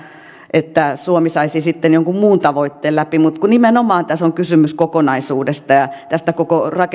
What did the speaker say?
että suomi saisi sitten jonkun muun tavoitteen läpi mutta kun nimenomaan tässä on kysymys kokonaisuudesta ja koko